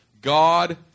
God